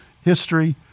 history